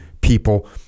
people